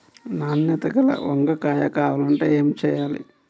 నాణ్యత గల వంగ కాయ కావాలంటే ఏమి చెయ్యాలి?